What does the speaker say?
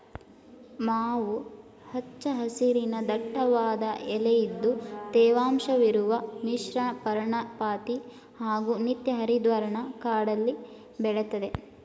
ಮಾವು ಹಚ್ಚ ಹಸಿರಿನ ದಟ್ಟವಾದ ಎಲೆಇದ್ದು ತೇವಾಂಶವಿರುವ ಮಿಶ್ರಪರ್ಣಪಾತಿ ಹಾಗೂ ನಿತ್ಯಹರಿದ್ವರ್ಣ ಕಾಡಲ್ಲಿ ಬೆಳೆತದೆ